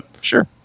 Sure